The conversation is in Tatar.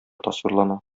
тасвирлана